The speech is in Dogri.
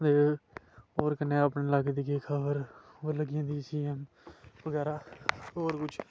और ओहदे कन्नै अपने लागे देगे दा सारा मतलब जियां